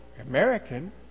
American